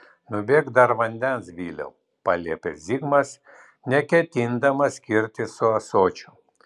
nubėk dar vandens viliau paliepė zigmas neketindamas skirtis su ąsočiu